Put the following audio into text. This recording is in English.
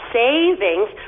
savings